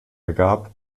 ergab